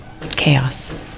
chaos